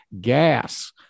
gas